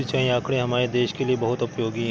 सिंचाई आंकड़े हमारे देश के लिए बहुत उपयोगी है